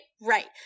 Right